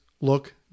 look